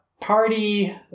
party